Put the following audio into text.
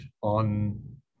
on